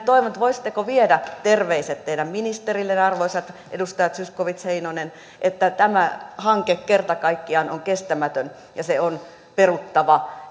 toivon että voisitteko viedä terveiset teidän ministerillenne arvoisat edustajat zyskowicz ja heinonen että tämä hanke kerta kaikkiaan on kestämätön ja se on peruttava